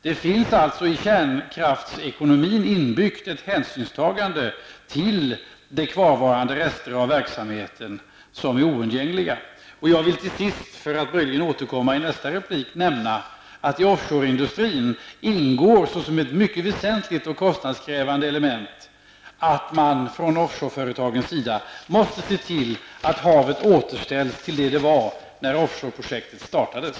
Det finns alltså i kärnkraftsekonomin inbyggt ett hänsynstagande till de kvarvarande rester av verksamheten som är oundgängliga. Jag vill till sist, för att möjligen återkomma i en kommande replik, nämna att det i offshoreindustrin ingår såsom ett mycket och kostnadskrävande element att man från offshoreföretagens sida måste se till att havet återställs i samma skick som det var när offshore-projektet startades.